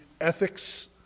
ethics